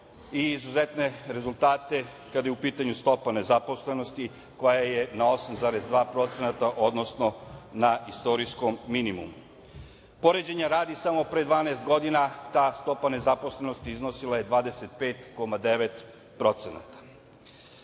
i izuzetne rezultate kada je u pitanju stopa nezaposlenosti koja je na 8,2%, odnosno na istorijskom minimumu. Poređenja radi, pre samo 12 godina, ta stopa nezaposlenosti iznosila je 25,9%.